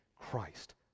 Christ